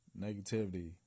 Negativity